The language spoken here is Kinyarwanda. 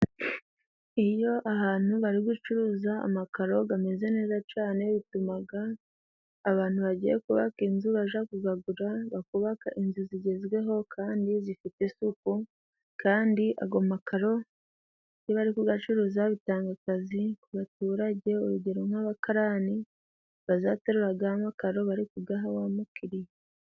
Iyo ahantu bari gucuruza amakaro ameze neza cyane, bituma abantu bagiye kubaka inzu bajya kuyagura, bakubaka inzu zigezweho kandi zifite isuku, kandi ayo makaro iyo bari kuyacuruza bitanga akazi ku baturage, urugero nk'abakarani bazaterura ya makaro bari kuyaha wa mukiriya.